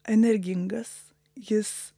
energingas jis